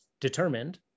determined